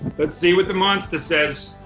let's see what the monster says.